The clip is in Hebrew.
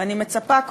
ואני מצפה,